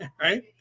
Right